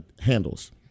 handles